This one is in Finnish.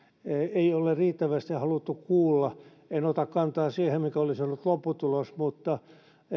ei ole riittävästi haluttu kuulla en ota kantaa siihen mikä olisi ollut lopputulos